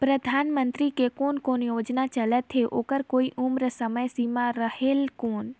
परधानमंतरी के कोन कोन योजना चलत हे ओकर कोई उम्र समय सीमा रेहेल कौन?